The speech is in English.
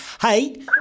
Hey